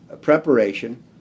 preparation